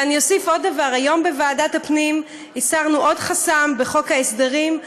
ואוסיף עוד דבר: היום בוועדת הפנים הסרנו עוד חסם בחוק ההסדרים,